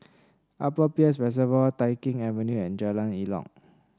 Upper Peirce Reservoir Tai Keng Avenue and Jalan Elok